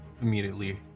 immediately